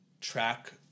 track